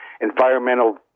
environmental